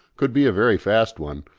could be a very fast one,